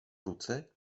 ruce